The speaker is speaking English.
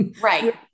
Right